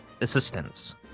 assistance